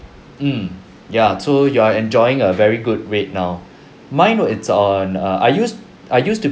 mm ya so you are enjoying a very good rate now mine it's on uh I used I used to